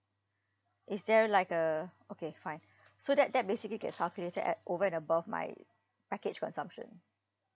is there like a okay fine so that that basically get calculated at over and above my package consumption